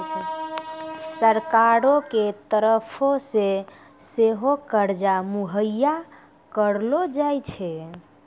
सरकारो के तरफो से सेहो कर्जा मुहैय्या करलो जाय छै